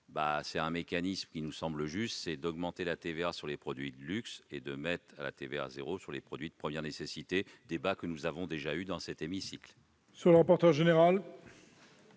place un mécanisme qui nous semble juste : augmenter la TVA sur les produits de luxe et la mettre à zéro sur les produits de première nécessité. C'est un débat que nous avons déjà eu dans cet hémicycle.